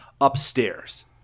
upstairs